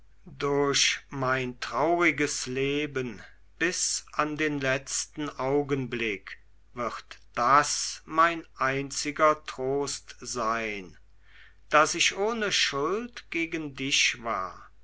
durch mein trauriges leben bis an den letzten augenblick wird das mein einziger trost sein daß ich ohne schuld gegen dich war